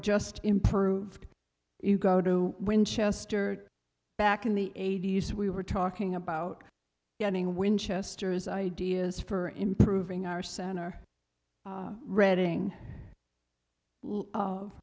just improved you go to winchester back in the eighty's we were talking about getting winchesters ideas for improving our center reading